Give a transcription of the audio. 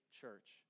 church